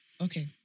Okay